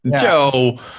Joe